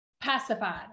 pacified